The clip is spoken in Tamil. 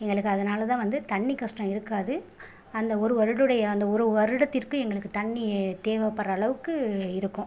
எங்களக்கு அதனாலதான் வந்து தண்ணி கஷ்டம் இருக்காது அந்த ஒரு வருடுடைய அந்த ஒரு வருடத்திற்கு எங்களுக்கு தண்ணி தேவைப்படற அளவுக்கு இருக்கும்